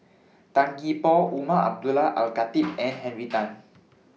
Tan Gee Paw Umar Abdullah Al Khatib and Henry Tan